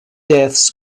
deaths